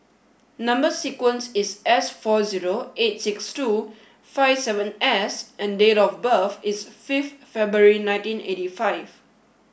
number sequence is S four zero eight six two five seven S and date of birth is fifth February nineteen eightyfive